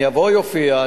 אני אבוא ואופיע,